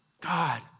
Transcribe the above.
God